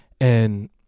and-